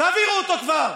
תעבירו אותו כבר.